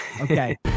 Okay